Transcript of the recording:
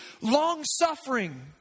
long-suffering